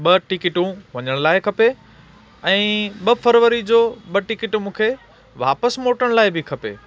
ॿ टिकिटूं वञण लाइ खपे ऐं ॿ फ़रवरी जो ॿ टिकिटूं मूंखे वापसि मोटण लाइ बि खपे